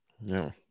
No